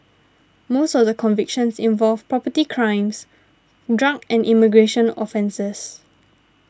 most of the convictions involved property crimes drug and immigration offences